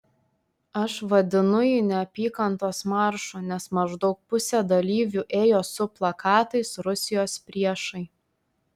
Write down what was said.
aš vadinu jį neapykantos maršu nes maždaug pusė dalyvių ėjo su plakatais rusijos priešai